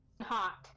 Hot